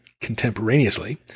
contemporaneously